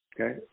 okay